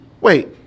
wait